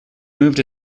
moved